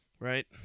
Right